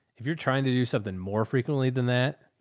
if you're trying to do something more frequently than that,